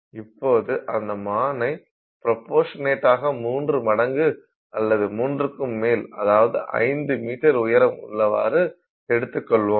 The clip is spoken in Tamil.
இப்போது அந்தமானை ப்ரோபோசநட்டாக ஆக மூன்று மடங்கு அல்லது மூன்றுக்கும் மேல் அதாவது ஐந்து மீட்டர் உயரம் உள்ளவாறு எடுத்துக்கொள்வோம்